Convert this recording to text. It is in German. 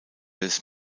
des